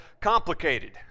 complicated